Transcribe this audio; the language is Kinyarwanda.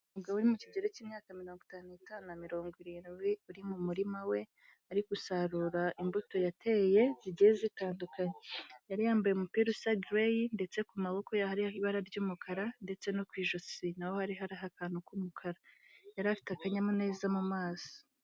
Umugabo uri mu kigero cy'imyaka mirongo itanu n'itanu na mirongo irindwi uri mu murima we, ari gusarura imbuto yateye zigiye zitandukanye, yari yambaye umupira usa gureyi, ndetse ku maboko hari hariho ibara ry'umukara ndetse no ku ijosi na ho hari hariho akantu k'umukara, yari afite akanyamuneza mu maso.